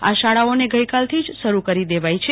આ શાળાઓને ગકાલથી જ શરૂ કરી દેવાઈ છે